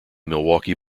milwaukee